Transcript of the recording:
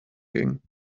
ging